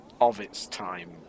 of-its-time